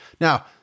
Now